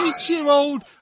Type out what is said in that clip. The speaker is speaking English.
eight-year-old